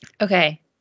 Okay